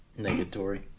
Negatory